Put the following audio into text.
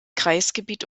kreisgebiet